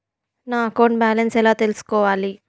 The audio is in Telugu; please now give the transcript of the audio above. నా అకౌంట్ బ్యాలెన్స్ ఎలా తెల్సుకోవాలి